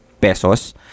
pesos